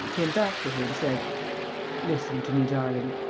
came back to her and said listen to me, darling.